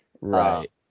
Right